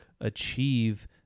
achieve